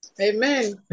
amen